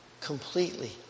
completely